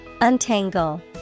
Untangle